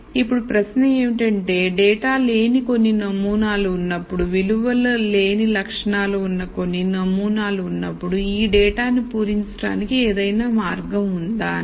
ఇప్పుడు ప్రశ్న ఏమిటంటే డేటా లేని కొన్ని నమూనాలు ఉన్నప్పుడు విలువలు లేని లక్షణాలు ఉన్న కొన్ని నమూనాలు ఉన్నప్పుడు ఆ డేటాని పూరించడానికి ఏదైనా మార్గం ఉందా అని